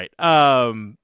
right